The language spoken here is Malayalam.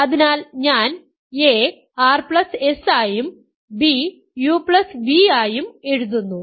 അതിനാൽ ഞാൻ a rs ആയും b uv ആയും എഴുതുന്നു